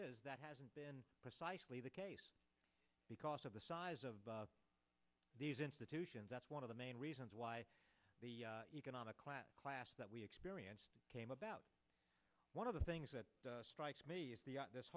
is that hasn't been precisely the case because of the size of these institutions that's one of the main reasons why the economic class class that we experience came about one of the things that strikes me is th